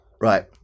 right